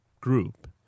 group